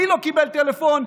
מי לא קיבל טלפון,